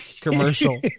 commercial